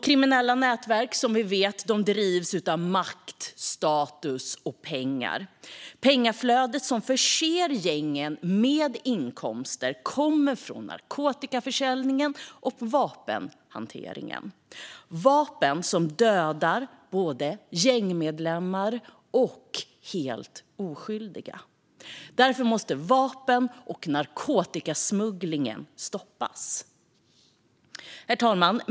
Kriminella nätverk drivs, som vi vet, av makt, status och pengar. Pengaflödet som förser gängen med inkomster kommer från narkotikaförsäljningen och vapenhanteringen. Det är vapen som dödar både gängmedlemmar och helt oskyldiga. Därför måste vapen och narkotikasmugglingen stoppas. Herr talman!